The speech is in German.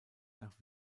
nach